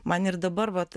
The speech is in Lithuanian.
man ir dabar vat